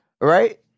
Right